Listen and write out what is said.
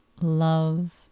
love